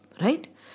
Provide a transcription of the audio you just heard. right